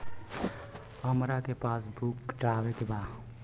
हमरा के passbook चढ़ावे के बा?